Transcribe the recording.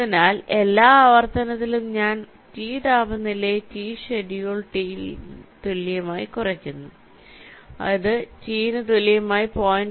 അതിനാൽ എല്ലാ ആവർത്തനത്തിലും ഞാൻ T താപനിലയെ T ഷെഡ്യൂൾ T ന് തുല്യമായി കുറയ്ക്കുന്നു ഇത് T ന് തുല്യമായ 0